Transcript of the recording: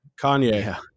Kanye